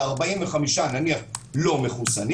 ו-45 אחוזים לא מחוסנים